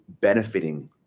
benefiting